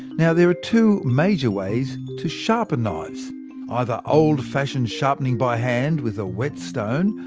yeah there are two major ways to sharpen knives either old-fashioned sharpening by hand with a whetstone,